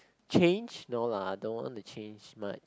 change no lah no one to change much